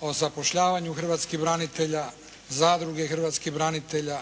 o zapošljavanju hrvatskih branitelja, zadruge hrvatskih branitelja